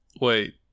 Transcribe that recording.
Wait